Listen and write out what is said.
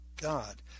God